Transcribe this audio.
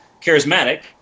charismatic